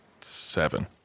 seven